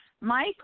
Mike